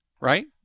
right